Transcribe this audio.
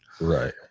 right